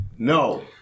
No